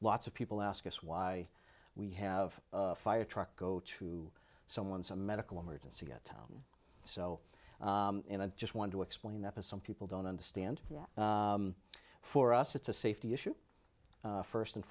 lots of people ask us why we have a fire truck go to someone some medical emergency get down so in and just want to explain that to some people don't understand that for us it's a safety issue first and